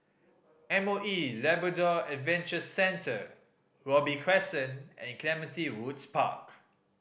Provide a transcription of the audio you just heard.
M O E Labrador Adventure Centre Robey Crescent and Clementi Woods Park